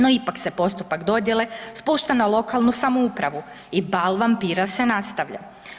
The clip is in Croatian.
No, ipak se postupak dodjele spušta na lokalnu samoupravu i bal vampira se nastavlja.